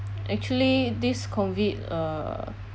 actually this COVID uh